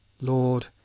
Lord